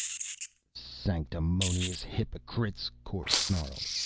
the sanctimonious hypocrites, kor snarled,